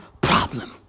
problem